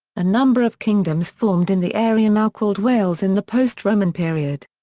a number of kingdoms formed in the area now called wales in the post-roman period.